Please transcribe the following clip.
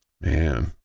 Man